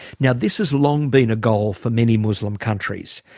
now this has long been a goal for many muslim countries.